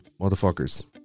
motherfuckers